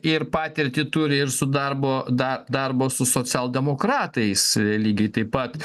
ir patirtį turi ir su darbo dar darbo su socialdemokratais lygiai taip pat